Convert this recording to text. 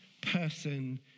person